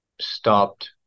stopped